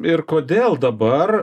ir kodėl dabar